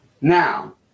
Now